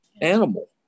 animal